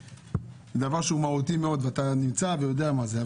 זה דבר שהוא מהותי מאוד ואתה נמצא ויודע מה זה.